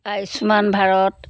Ayushman Bharat